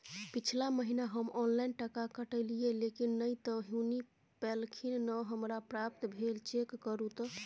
पिछला महीना हम ऑनलाइन टका कटैलिये लेकिन नय त हुनी पैलखिन न हमरा प्राप्त भेल, चेक करू त?